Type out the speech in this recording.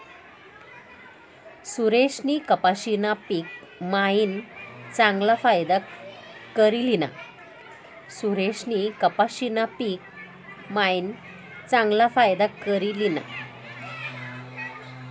सुरेशनी कपाशीना पिक मायीन चांगला फायदा करी ल्हिना